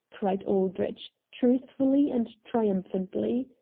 cried aldrich, truthfully and triumphantly.